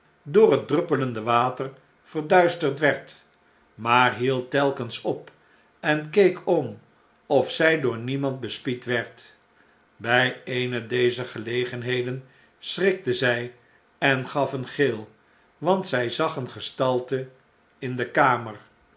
door het druppelende water verduisterd werd maar hield telkens op en keekom of zjj door niemand bespied werd by eene dezer gelegenheden schrikte zjj en gaf een gil want zjj zag eene gestalte in de kamer